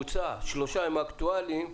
בממוצע שלושה הם אקטואליים,